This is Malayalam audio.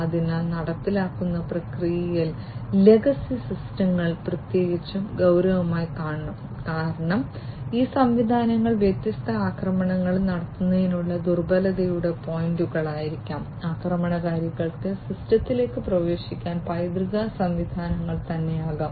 അതിനാൽ നടപ്പിലാക്കുന്ന പ്രക്രിയയിൽ ലെഗസി സിസ്റ്റങ്ങൾ പ്രത്യേകിച്ചും ഗൌരവമായി കാണണം കാരണം ഈ സംവിധാനങ്ങൾ വ്യത്യസ്ത ആക്രമണങ്ങൾ നടത്തുന്നതിനുള്ള ദുർബലതയുടെ പോയിന്റുകളായിരിക്കാം ആക്രമണകാരികൾക്ക് സിസ്റ്റത്തിലേക്ക് പ്രവേശിക്കാൻ പൈതൃക സംവിധാനങ്ങൾ തന്നെയാകാം